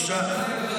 בבקשה.